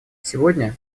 сегодня